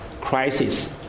crisis